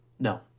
No